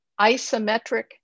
isometric